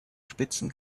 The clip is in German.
spitzen